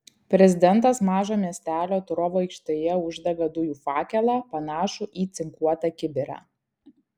prezidentas mažo miestelio turovo aikštėje uždega dujų fakelą panašų į cinkuotą kibirą